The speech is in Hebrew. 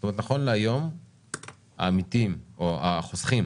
זאת אומרת נכון להיום העמיתים או החוסכים